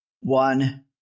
one